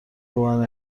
باور